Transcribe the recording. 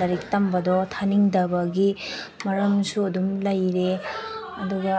ꯂꯥꯏꯔꯤꯛ ꯇꯝꯕꯗꯣ ꯊꯥꯅꯤꯡꯗꯕꯒꯤ ꯃꯔꯝꯁꯨ ꯑꯗꯨꯝ ꯂꯩꯔꯦ ꯑꯗꯨꯒ